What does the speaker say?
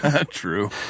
True